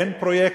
אין פרויקטים.